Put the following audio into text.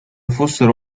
fossero